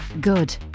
good